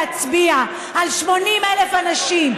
להצביע על 80,000 אנשים,